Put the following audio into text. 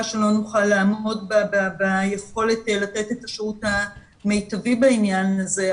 שלא נוכל לעמוד בה ביכולת לתת את השירות המיטבי בעניין הזה,